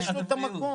יש לו את המקום.